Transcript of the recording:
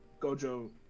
Gojo